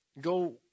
Go